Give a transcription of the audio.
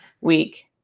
week